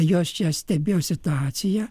jos čia stebėjo situaciją